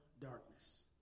darkness